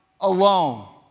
alone